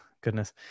goodness